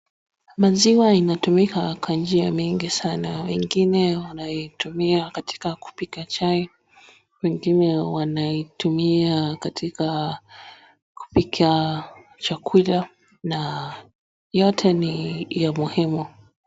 Maziwa inatumika kwa njia mingi sana, wengine wanaitumia katika kupika chai wengine wanaitumia katika kupika chakula na yote ni muhimu.